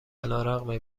علیرغم